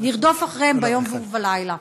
נרדוף אחריהם ביום ובלילה.